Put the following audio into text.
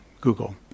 Google